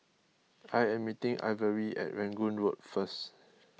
I am meeting Ivory at Rangoon Road first